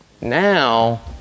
Now